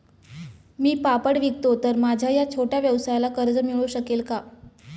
मी पापड विकतो तर माझ्या या छोट्या व्यवसायाला कर्ज मिळू शकेल का?